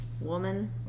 Woman